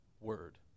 word